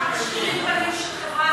ככה משחירים פנים של חברה אחרת.